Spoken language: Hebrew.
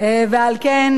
ועל כן,